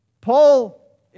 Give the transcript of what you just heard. Paul